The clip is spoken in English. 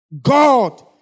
God